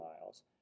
miles